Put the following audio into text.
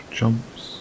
jumps